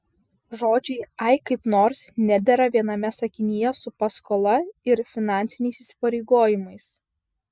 žodžiai ai kaip nors nedera viename sakinyje su paskola ir finansiniais įsipareigojimais